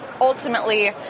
ultimately